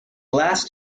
last